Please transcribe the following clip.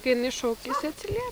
kai jinai šaukia jisai atsiliepia